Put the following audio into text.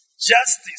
justice